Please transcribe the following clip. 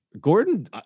Gordon